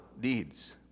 deeds